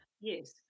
Yes